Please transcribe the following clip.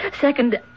Second